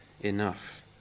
enough